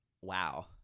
Wow